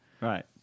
Right